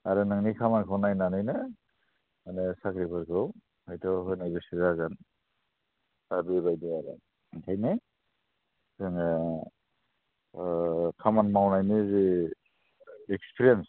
आरो नोंनि खामानिखौ नायनानैनो मानि साख्रिफोरखौ हयथ' होनो गोसो जागोन दा बेबायदि आरो ओंखायनो जोङो खामानि मावनायनि जे इक्सफ्रियेन्स